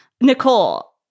Nicole